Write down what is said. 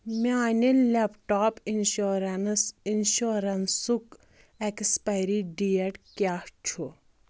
میانہِ laptop insurance انشورنسُک expiry date کیٛاہ چھُ